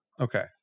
okay